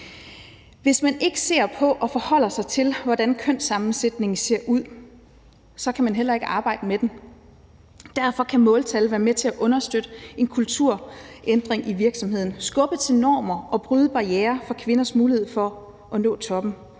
Hvis man ikke ser på og forholder sig til, hvordan kønssammensætningen ser ud, kan man heller ikke arbejde med den. Derfor kan måltal være med til at understøtte en kulturændring i virksomheden, skubbe til normer og bryde barrierer for kvinders mulighed for at nå toppen.